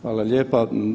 Hvala lijepo.